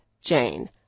Jane